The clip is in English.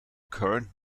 current